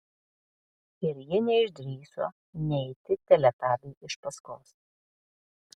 ir ji neišdrįso neiti teletabiui iš paskos